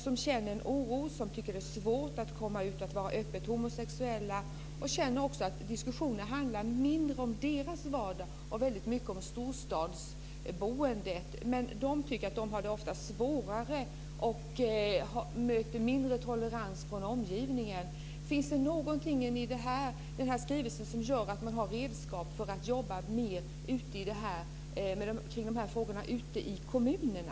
De känner en oro och tycker att det är svårt att gå ut öppet med att vara homosexuella. De känner ofta att diskussionen handlar mindre om deras vardag och väldigt mycket om storstadsboendet. De tycker att de ofta har det svårare och möter mindre tolerans från omgivningen. Finns det någonting i skrivelsen som ger redskap för att jobba mer med de här frågorna ute i kommunerna?